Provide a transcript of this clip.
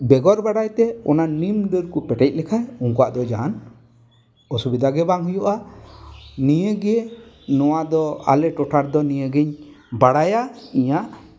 ᱵᱮᱜᱚᱨ ᱵᱟᱲᱟᱭ ᱛᱮ ᱚᱱᱟ ᱱᱤᱢ ᱰᱟᱹᱨ ᱠᱚ ᱯᱮᱴᱮᱡ ᱞᱮᱠᱷᱟᱱ ᱩᱱᱠᱩᱣᱟᱜ ᱫᱚ ᱡᱟᱦᱟᱱ ᱚᱥᱩᱵᱤᱫᱟ ᱜᱮ ᱵᱟᱝ ᱦᱩᱭᱩᱜᱼᱟ ᱱᱤᱭᱟᱹᱜᱮ ᱱᱚᱣᱟ ᱫᱚ ᱟᱞᱮ ᱴᱚᱴᱷᱟ ᱨᱮᱫᱚ ᱱᱤᱭᱟᱹᱜᱤᱧ ᱵᱟᱲᱟᱭᱟ ᱤᱧᱟᱹᱜ